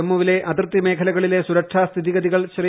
ജമ്മുവിലെ അതിർത്തി മേഖലകളിലെ സുരക്ഷാ സ്ഥിതിഗതികൾ ശ്രീ